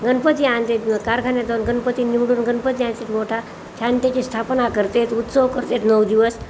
गणपती आणतात कारखान्यात जाऊन गणपती निवडून गणपती आणतात मोठा छानपैकी स्थापना करतात उत्सव करतात नऊ दिवस